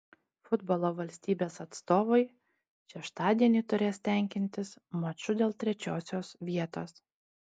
futbolo valstybės atstovai šeštadienį turės tenkintis maču dėl trečiosios vietos